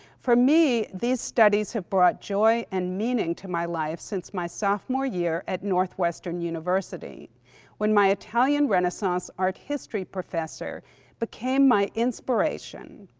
for me these studies have brought joy and meaning to my life since my sophomore year at northwestern university when my italian renaissance art history professor became my inspiration,